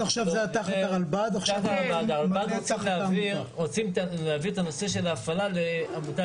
הרלב"ד רוצים להעביר את נושא ההפעלה לעמותה